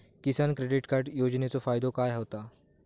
किसान credit card योजनेचो फायदो काय होता?